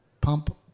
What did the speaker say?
Pump